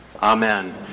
Amen